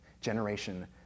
generation